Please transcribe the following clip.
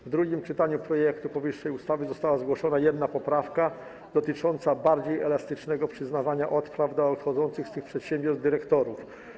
W drugim czytaniu projektu powyższej ustawy została zgłoszona jedna poprawka dotycząca bardziej elastycznego przyznawania odpraw dla odchodzących z tych przedsiębiorstw dyrektorów.